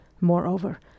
Moreover